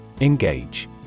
Engage